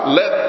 let